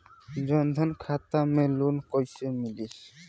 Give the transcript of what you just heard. जन धन खाता से लोन कैसे मिली?